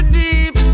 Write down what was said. deep